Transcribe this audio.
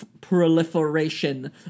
proliferation